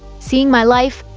seeing my life,